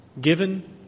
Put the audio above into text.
Given